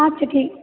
আচ্ছা ঠিক